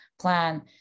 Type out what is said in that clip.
plan